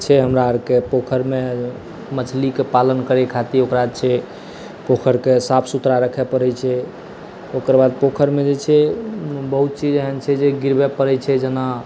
छै हमरा आरके पोखरि मे मछली के पालन करय खातिर ओकरा जे छै पोखरि के साफ़ सुथरा राखय परै छै ओकर बाद पोखरि मे जे छै बहुत चीज एहन छै जे गिरबय परै छै जेना